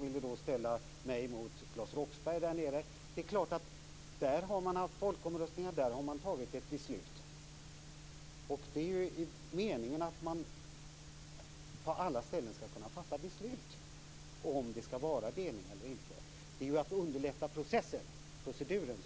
Han ville ställa mig mot Claes Roxbergh där nere. Där har man haft folkomröstning och tagit ett beslut. Meningen är att man på alla ställen skall kunna fatta beslut om ifall det skall göras en delning eller inte. Vad vi är ute efter är att underlätta proceduren.